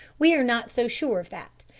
we are not so sure of that.